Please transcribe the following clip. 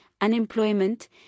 unemployment